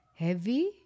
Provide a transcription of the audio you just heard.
heavy